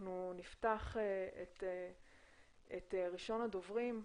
נפתח עם ראשון הדוברים,